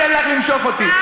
אני לא אתן לך למשוך אותי.